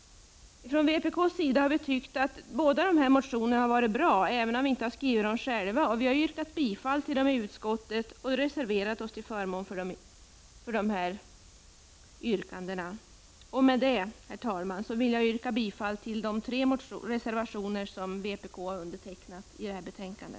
Ifrån vpk:s sida har vi tyckt att det här var bra motioner även om vi inte har skrivit dem själva, och vi har yrkat bifall till dem i utskottet och reserverat oss till förmån för dessa yrkanden. Med detta, herr talman, vill jag yrka bifall till de tre reservationer som vpk har undertecknat i detta betänkande.